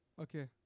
Okay